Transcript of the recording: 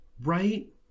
right